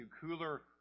cooler